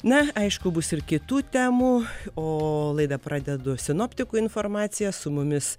na aišku bus ir kitų temų o laidą pradedu sinoptikų informacija su mumis